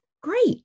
Great